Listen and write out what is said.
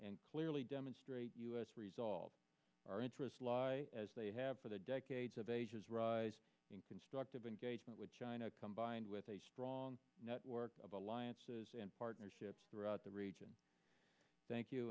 and clearly demonstrate u s resolve our interests lie as they have for the decades of ages rise in constructive engagement with china combined with a strong network of alliances and partnerships throughout the region thank you